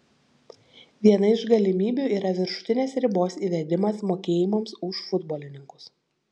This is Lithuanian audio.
viena iš galimybių yra viršutinės ribos įvedimas mokėjimams už futbolininkus